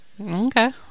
okay